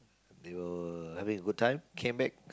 they were having a good time came back